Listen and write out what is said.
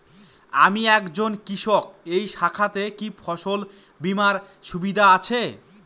আমি একজন কৃষক এই শাখাতে কি ফসল বীমার সুবিধা আছে?